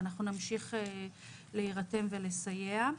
ואנחנו נמשיך להירתם ולסייע.